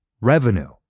revenue